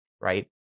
right